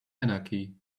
anarchy